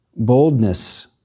Boldness